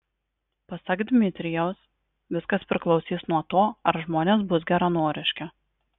pasak dmitrijaus viskas priklausys nuo to ar žmonės bus geranoriški